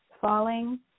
falling